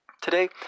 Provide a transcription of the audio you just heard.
Today